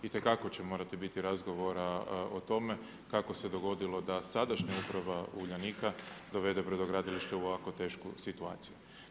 Itekako će morati biti razgovora o tome kako se dogodilo da sadašnja uprava Uljanika dovede brodogradilište u ovako tešku situaciju.